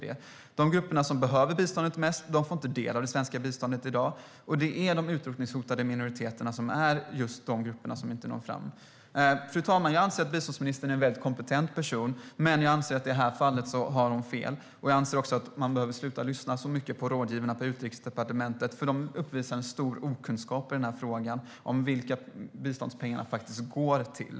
De grupper som behöver biståndet mest får inte del av det svenska biståndet i dag, och det är just till de utrotningshotade minoriteterna som biståndet inte når fram. Fru talman! Jag anser att biståndsministern är en mycket kompetent person. Men jag anser att hon i detta fall har fel. Jag anser också att man ska sluta lyssna så mycket på rådgivarna på Utrikesdepartementet eftersom de uppvisar en stor okunskap i denna fråga om vilka som biståndspengarna faktiskt går till.